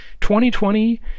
2020